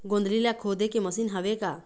गोंदली ला खोदे के मशीन हावे का?